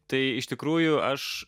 tai iš tikrųjų aš